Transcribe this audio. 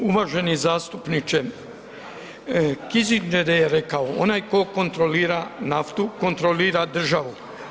Uvaženi zastupniče, Kissinger je rekao, onaj tko kontrolira naftu, kontrolira državu.